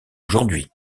aujourd’hui